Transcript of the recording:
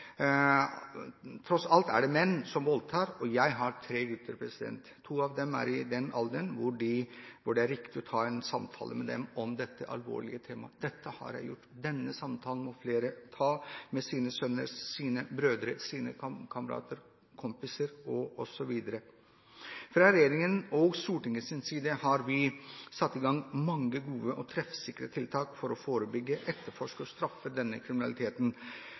Tross alt er det menn som voldtar. Jeg har tre gutter. To av dem er i den alder da det er riktig å ta en samtale med dem om dette alvorlige temaet. Det har jeg gjort. Denne samtalen må flere ta med sine sønner, sine brødre, sine kamerater osv. Fra regjeringens og fra Stortingets side har vi satt i gang mange gode og treffsikre tiltak for å forebygge, etterforske og straffe denne kriminaliteten.